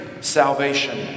salvation